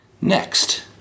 next